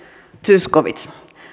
zyskowicz